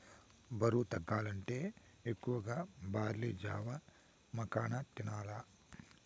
బరువు తగ్గాలంటే ఎక్కువగా బార్లీ జావ, మకాన తినాల్ల